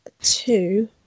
two